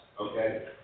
okay